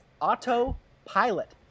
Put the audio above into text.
Autopilot